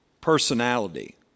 personality